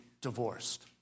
divorced